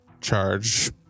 charge